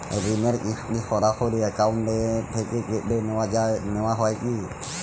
ঋণের কিস্তি সরাসরি অ্যাকাউন্ট থেকে কেটে নেওয়া হয় কি?